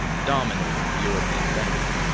dominated european banking,